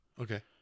Okay